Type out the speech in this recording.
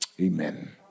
Amen